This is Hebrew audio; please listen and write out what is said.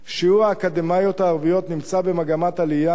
שיעור האקדמאיות הערביות נמצא במגמת עלייה,